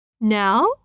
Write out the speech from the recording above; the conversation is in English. Now